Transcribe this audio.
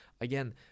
again